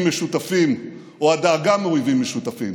משותפים או הדאגה מאויבים משותפים.